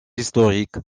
historique